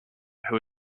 who